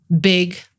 big